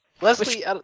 Leslie